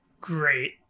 great